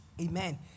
Amen